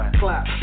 clap